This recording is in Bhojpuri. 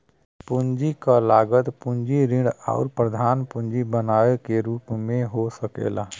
पूंजी क लागत पूंजी ऋण आउर प्रधान पूंजी बनाए रखे के रूप में हो सकला